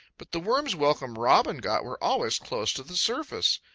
but the worms welcome robin got were always close to the surface,